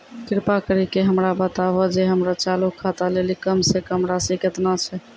कृपा करि के हमरा बताबो जे हमरो चालू खाता लेली कम से कम राशि केतना छै?